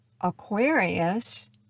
Aquarius